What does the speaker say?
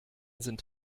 sind